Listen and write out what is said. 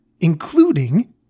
including